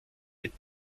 mit